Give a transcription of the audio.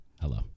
Hello